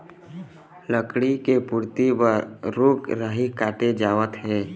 लकड़ी के पूरति बर रूख राई काटे जावत हे